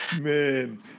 Man